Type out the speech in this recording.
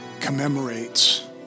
commemorates